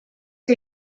que